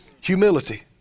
Humility